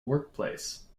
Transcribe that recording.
workplace